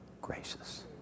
gracious